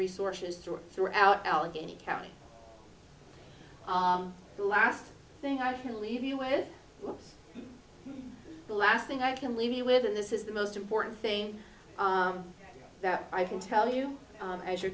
resources through throughout allegheny county the last thing i can leave you with the last thing i can leave you with in this is the most important thing that i can tell you as you're